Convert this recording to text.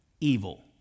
evil